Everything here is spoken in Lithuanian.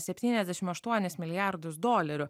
septyniasdešimt aštuonis milijardus dolerių